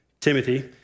Timothy